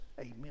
Amen